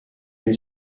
une